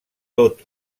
tot